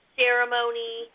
ceremony